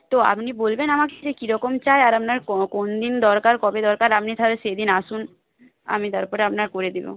তো আপনি বলবেন আমাকে যে কীরকম চাই আর আপনার কোন দিন দরকার কবে দরকার আপনি তাহলে সেইদিন আসুন আমি তারপরে আপনার করে দেব